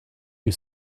you